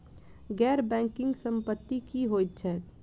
गैर बैंकिंग संपति की होइत छैक?